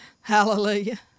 Hallelujah